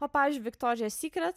o pavyzdžiui viktorijos sykret